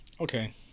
okay